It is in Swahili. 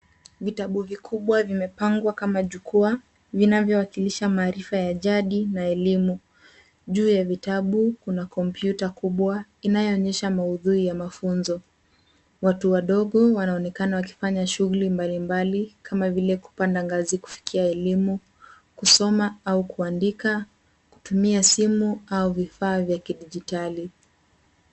Vitabu vikubwa vimepangwa kama jukwaa, vinavyowakilisha maarifa ya jadi na elimu. Juu ya vitabu kuna kompyuta kubwa inayoonyesha maudhui ya mafunzo. Watu wadogo wanaonekana wakifanya shughuli mbali mbali, kama vile kupanda ngazi kufikia elimu, kusoma au kuandika, kutumia simu au vifaa vya kidijitali.